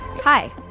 Hi